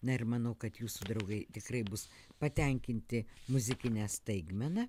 na ir manau kad jūsų draugai tikrai bus patenkinti muzikine staigmena